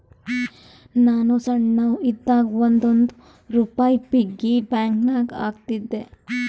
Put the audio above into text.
ನಾನು ಸಣ್ಣವ್ ಇದ್ದಾಗ್ ಒಂದ್ ಒಂದ್ ರುಪಾಯಿ ಪಿಗ್ಗಿ ಬ್ಯಾಂಕನಾಗ್ ಹಾಕ್ತಿದ್ದೆ